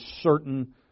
certain